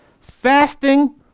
fasting